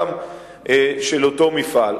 של אותו מפעל.